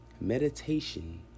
meditation